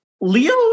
Leo